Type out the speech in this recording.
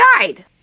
died